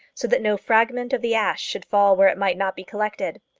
so that no fragment of the ash should fall where it might not be collected.